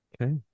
Okay